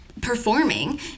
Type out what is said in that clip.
performing